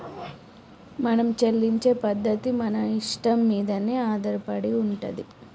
మనం చెల్లించే పద్ధతి మన ఇష్టం మీదనే ఆధారపడి ఉంటది